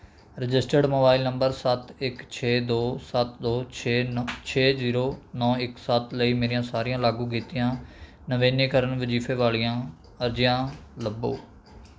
registered mobile number ਸੱਤ ਇੱਕ ਛੇ ਦੋ ਸੱਤ ਦੋ ਛੇ ਛੇ ਜ਼ੀਰੋ ਨੌਂ ਇੱਕ ਸੱਤ ਲਈ ਮੇਰੀਆਂ ਸਾਰੀਆਂ ਲਾਗੂ ਕੀਤੀਆਂ ਨਵੀਨੀਕਰਨ ਵਜੀਫੇ਼ ਵਾਲੀਆਂ ਅਰਜ਼ੀਆਂ ਲੱਭੋ